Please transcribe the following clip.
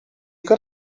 got